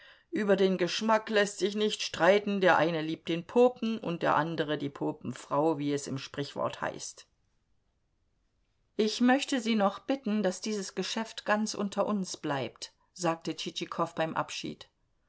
über den geschmack läßt sich nicht streiten der eine liebt den popen und der andere die popenfrau wie es im sprichwort heißt ich möchte sie noch bitten daß dieses geschäft ganz unter uns bleibt sagte tschitschikow beim abschied